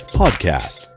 podcast